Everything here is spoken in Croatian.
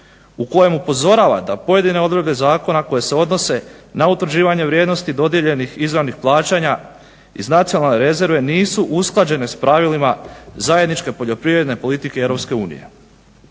u kojem upozorava da pojedine odredbe zakona koje se odnose na utvrđivanje vrijednosti dodijeljenih izvornih plaćanja iz nacionalne rezerve nisu usklađene s pravilima zajedničke poljoprivredne politike EU. Stoga je